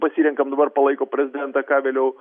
pasirenkam dabar palaikom prezidentą ką vėliau